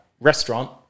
restaurant